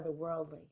otherworldly